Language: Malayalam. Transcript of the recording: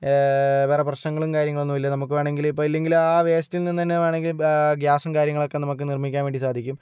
വേറെ പ്രശ്നങ്ങളും കാര്യങ്ങളൊന്നുമില്ല നമുക്ക് വേണമെങ്കിൽ ഇപ്പോൾ ഇല്ലെങ്കില് ആ വേസ്റ്റിൽ നിന്ന് തന്നെ വേണമെങ്കിൽ ഗ്യാസും കാര്യങ്ങളും ഒക്കെ നമുക്ക് നിർമ്മിക്കാൻ വേണ്ടി സാധിക്കും